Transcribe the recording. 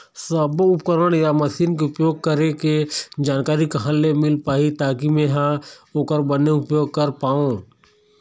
सब्बो उपकरण या मशीन के उपयोग करें के जानकारी कहा ले मील पाही ताकि मे हा ओकर बने उपयोग कर पाओ?